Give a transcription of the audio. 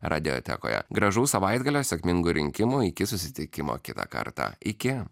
radijotekoje gražaus savaitgalio sėkmingų rinkimų iki susitikimo kitą kartą iki